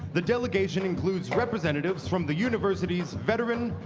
the delegation includes representatives from the university's veteran,